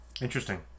interesting